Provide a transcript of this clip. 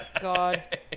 God